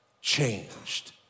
changed